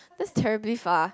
that's terribly far